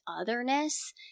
otherness